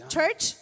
church